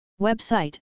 Website